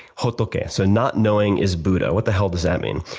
hotoke. so not knowing is buddha. what the hell does that mean?